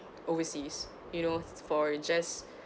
overseas you know for just